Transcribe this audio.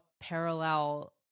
parallel